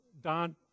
Don